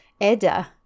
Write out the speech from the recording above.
Edda